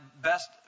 best